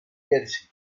jersey